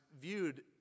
viewed